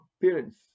parents